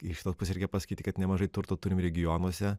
iš kitos pusės reikia pasakyti kad nemažai turto turim regionuose